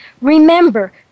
Remember